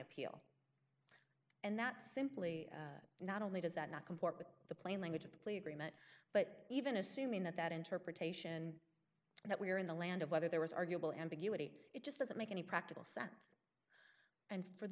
appeal and that simply not only does that not comport with the plain language of the plea agreement but even assuming that that interpretation that we're in the land of whether there was arguable ambiguity it just doesn't make any practical sense and